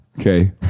okay